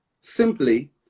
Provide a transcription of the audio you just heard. simply